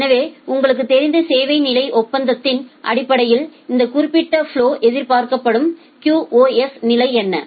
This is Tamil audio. எனவே உங்களுக்குத் தெரிந்த சேவை நிலை ஒப்பந்தத்தின் அடிப்படையில் இந்த குறிப்பிட்ட ப்லொவிற்கு எதிர்பார்க்கப்படும் QoS நிலை என்ன